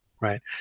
Right